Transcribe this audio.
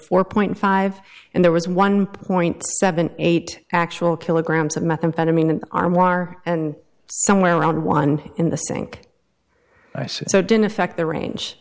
four point five and there was one point seven eight actual kilograms of methamphetamine an arm are and somewhere around one in the sink i said so didn't affect the range